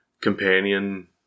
companion